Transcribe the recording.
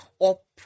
up